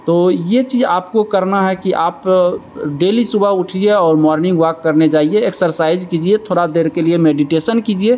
तो यह चीज़ आपको करना है कि आप डेली सुबह उठिए और मॉर्निंग वाक करने जाइए एक्सरसाइज कीजिए थोड़ी देर के लिए मेडिटेशन कीजिए